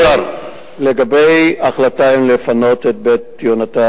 לגבי ההחלטה אם לפנות את "בית יהונתן",